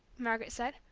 margaret said.